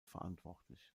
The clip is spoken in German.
verantwortlich